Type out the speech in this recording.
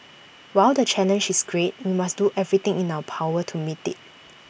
while the challenge is great we must do everything in our power to meet IT